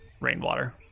rainwater